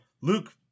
Luke